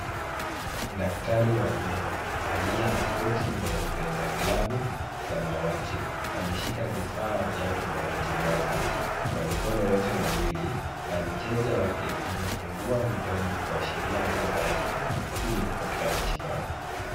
Daktari wa meno, aliye na koti nyeupe, na glavu samawati, ameshika vifaa vyake vya matibabu, kwa mikono yote mawili, na mteja wake amefungua mdomo kuashiria meno yake, ili kupokea matibabu.